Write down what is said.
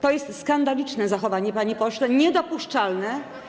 To jest skandaliczne zachowanie, panie pośle, niedopuszczalne.